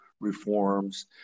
reforms